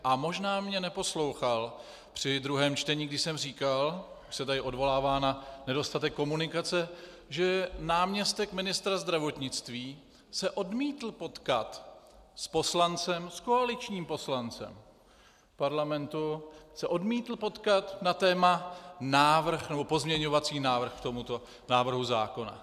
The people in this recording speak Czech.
A možná mě neposlouchal při druhém čtení, kdy jsem říkal, když se tady odvolává na nedostatek komunikace, že náměstek ministra zdravotnictví se odmítl potkat s poslancem, s koaličním poslancem parlamentu, na téma návrh nebo pozměňovací návrh k tomuto návrhu zákona.